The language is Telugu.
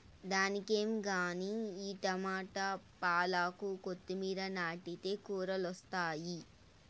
దానికేం గానీ ఈ టమోట, పాలాకు, కొత్తిమీర నాటితే కూరలొస్తాయి